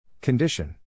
Condition